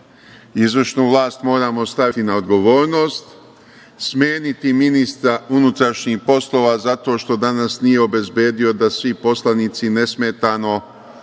vlast? Izvršnu vlast moramo staviti na odgovornost, smeniti ministra Unutrašnjih poslova zato što danas nije obezbedio da svi poslanici nesmetano uđu